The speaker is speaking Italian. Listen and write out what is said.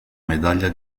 medaglia